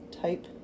type